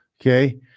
Okay